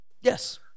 Yes